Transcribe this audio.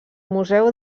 museu